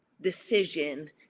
decision